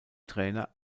trainer